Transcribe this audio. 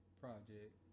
project